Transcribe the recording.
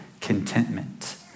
contentment